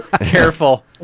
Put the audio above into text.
Careful